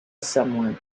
someone